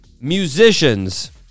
musicians